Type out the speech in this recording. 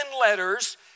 letters